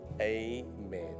amen